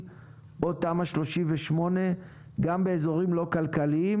או תמ"א 38 גם באיזורים לא כלכליים,